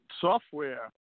software